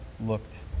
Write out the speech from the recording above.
looked